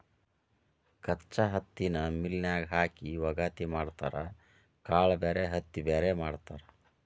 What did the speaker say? ಕಚ್ಚಾ ಹತ್ತಿನ ಮಿಲ್ ನ್ಯಾಗ ಹಾಕಿ ವಗಾತಿ ಮಾಡತಾರ ಕಾಳ ಬ್ಯಾರೆ ಹತ್ತಿ ಬ್ಯಾರೆ ಮಾಡ್ತಾರ